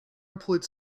employed